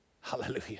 hallelujah